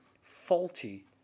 faulty